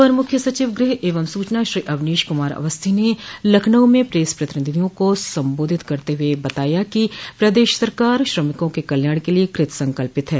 अपर मुख्य सचिव गृह एवं सूचना श्री अवनीश कुमार अवस्थी ने लखनऊ में प्रेस प्रतिनिधियों को सम्बोधित करते हुए बताया कि प्रदेश सरकार श्रमिकों के कल्याण के लिए कृतसंकल्प है